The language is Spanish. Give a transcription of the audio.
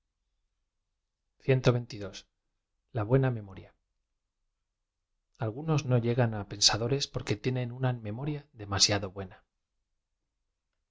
a buena memoria algunos no llegan á pensadores porque tienen una memoria demasiado buena